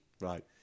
Right